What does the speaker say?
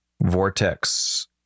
Vortex